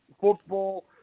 football